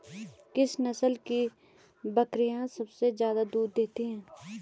किस नस्ल की बकरीयां सबसे ज्यादा दूध देती हैं?